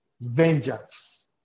vengeance